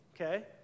okay